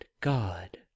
God